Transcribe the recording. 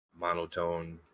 monotone